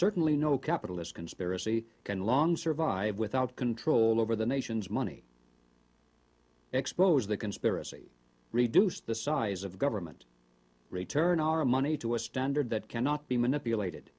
certainly no capitalist conspiracy can long survive without control over the nation's money expose the conspiracy reduce the size of government return our money to a standard that cannot be manipulated